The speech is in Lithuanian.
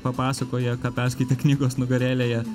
papasakoja ką perskaitė knygos nugarėlėje